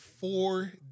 four